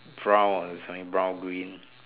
brown or semi brown green